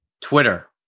Twitter